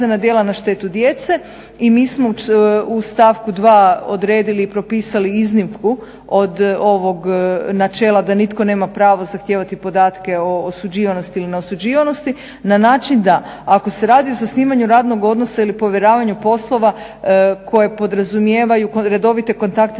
djela na štetu djece i mi smo u stavku 2. odredili i propisali iznimku od ovog načela da nitko nema pravo zahtijevati podatke o osuđivanosti ili neosuđivanosti na način da ako se radi o zasnivanju radnog odnosa ili povjeravanju poslova koje podrazumijevaju redovite kontakte